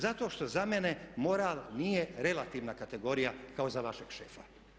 Zato što za mene moral nije relativna kategorija kao za vašeg šefa.